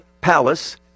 palace